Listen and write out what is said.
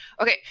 Okay